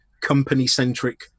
company-centric